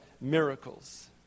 miracles